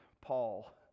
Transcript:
Paul